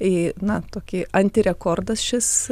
į na tokį anti rekordas šis